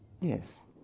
Yes